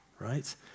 right